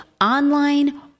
online